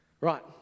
Right